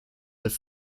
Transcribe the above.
have